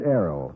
Arrow